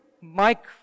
Mike